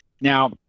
Now